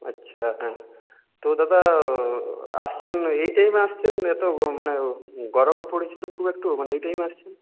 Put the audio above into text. আচ্ছা তো দাদা আসছেন এই টাইমে আসছেন এতো মানে গরম পড়েছে তো খুব একটু মানে এই টাইমে আসছেন